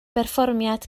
berfformiad